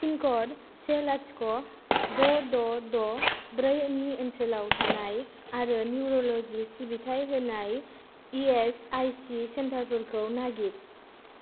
पिनक'ड से लाथिख' द' द' द' ब्रै नि ओनसोलाव थानाय आरो निउर'ल'जि सिबिथाय होनाय इएसआइसि सेन्टारफोरखौ नागिर